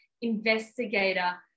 investigator